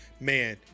man